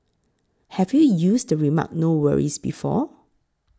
have you used the remark no worries before